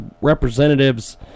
representatives